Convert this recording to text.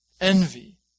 envy